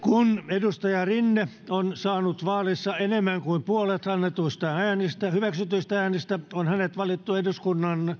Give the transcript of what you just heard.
edustaja antti rinne on saanut vaalissa enemmän kuin puolet annetuista hyväksytyistä äänistä on hänet valittu eduskunnan